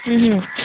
ಹ್ಞೂ